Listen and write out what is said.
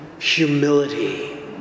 humility